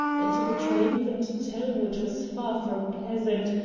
and in a triumphant tone, which was far from pleasant,